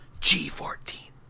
G14